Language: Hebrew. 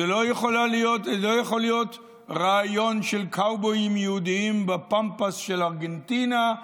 לא יכול להיות רעיון של קאובויים יהודיים בפמפס של ארגנטינה,